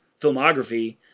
filmography